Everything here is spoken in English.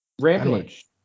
Rampage